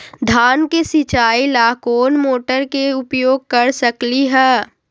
धान के सिचाई ला कोंन मोटर के उपयोग कर सकली ह?